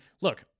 look